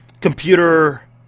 computer